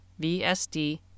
VSD